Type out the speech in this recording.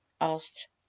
asked